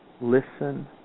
Listen